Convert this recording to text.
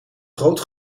groot